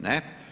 Ne.